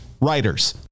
writers